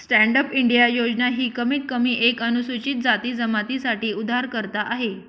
stand up India योजना ही कमीत कमी एक अनुसूचित जाती जमाती साठी उधारकर्ता आहे